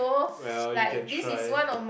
well you can try